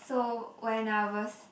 so when I was